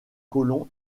colons